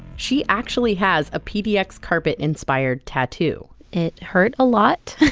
she actually has a pdx carpet inspired tattoo it hurt a lot